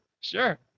sure